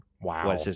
Wow